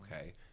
Okay